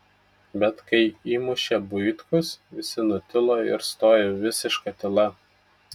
bet kai įmušė buitkus visi nutilo ir stojo visiška tyla